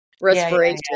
respiration